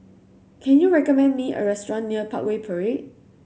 can you recommend me a restaurant near Parkway Parade